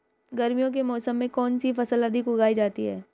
गर्मियों के मौसम में कौन सी फसल अधिक उगाई जाती है?